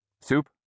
Soup